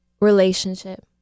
Relationship